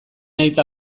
aita